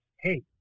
hey